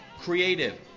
creative